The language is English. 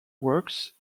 works